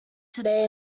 today